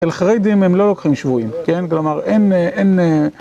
אצל חרדים הם לא לוקחים שבויים, כן? כלומר, אין...